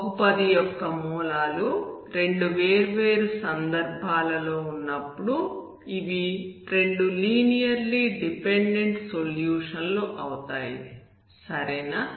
బహుపది యొక్క మూలాలు రెండు వేర్వేరు సందర్భాలలో ఉన్నప్పుడు ఇవి రెండు లీనియర్లీ డిపెండెంట్ సొల్యూషన్ లు అవుతాయి సరేనా